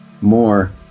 more